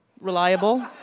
Reliable